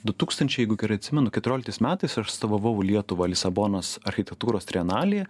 du tūkstančiai jeigu gerai atsimenu keturioliktais metais aš atstovavau lietuvą lisabonos architektūros trienalėje